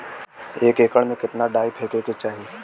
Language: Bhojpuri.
एक एकड़ में कितना डाई फेके के चाही?